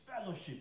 fellowship